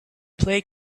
play